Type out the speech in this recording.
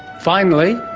finally,